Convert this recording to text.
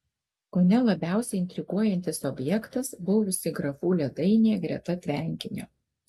kone labiausiai intriguojantis objektas buvusi grafų ledainė greta tvenkinio